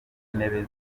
intebe